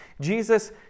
Jesus